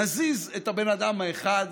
נזיז את הבן אדם האחד,